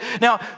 Now